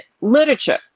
literature